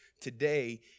Today